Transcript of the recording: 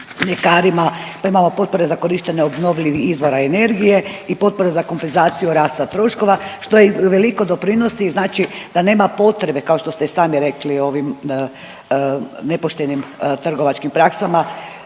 mljekarima. Pa imamo potpore za korištenje obnovljivih izvora energije i potpora za kompenzaciju rasta troškova što i uvelike doprinosi, znači da nema potrebe kao što ste i sami rekli ovim nepoštenim trgovačkim praksama